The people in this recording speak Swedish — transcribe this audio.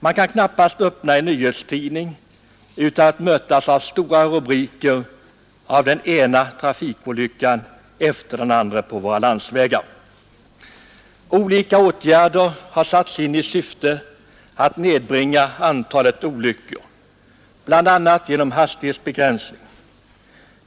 Man kan knappast öppna en nyhetstidning utan att mötas av stora rubriker om den ena trafikolyckan efter den andra på våra landsvägar. Olika åtgärder har satts in i syfte att nedbringa antalet olyckor, bl.a. hastighetsbegränsning.